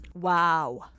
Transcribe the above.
wow